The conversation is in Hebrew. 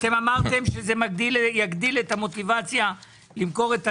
אתם אמרתם שזה יגדיל את המוטיבציה למכור את הדירה,